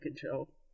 control